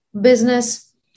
business